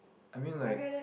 I mean like